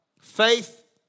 Faith